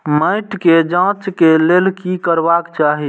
मैट के जांच के लेल कि करबाक चाही?